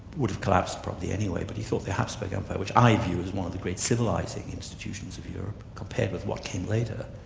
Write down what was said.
would have collapsed probably anyway, but he thought the hapsburg empire, which i view as one of the great civilising institutions of europe, compared with what came later,